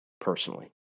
personally